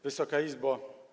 Wysoka Izbo!